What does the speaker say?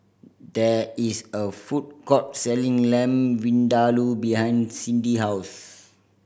there is a food court selling Lamb Vindaloo behind Cindy house